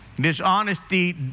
Dishonesty